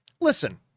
listen